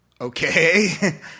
okay